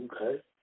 Okay